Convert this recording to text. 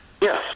Yes